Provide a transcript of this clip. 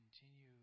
continue